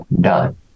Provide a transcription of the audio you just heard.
done